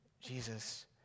Jesus